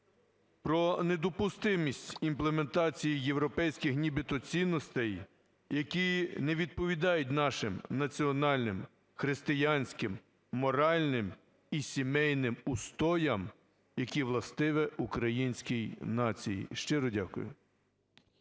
про недопустимість імплементації європейських нібито цінностей, які не відповідають нашим національним, християнським, моральним і сімейним устоям, які властиві українській нації. Щиро дякую.